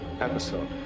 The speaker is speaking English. episode